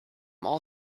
all